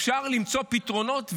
אפשר למצוא פתרונות,